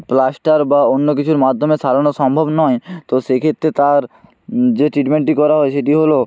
plaster বা অন্য কিছুর মাধ্যমে সারানো সম্ভব নয় তো সেই ক্ষেত্রে তার যে ট্রিটমেন্টটি করা হয় সেটি হলো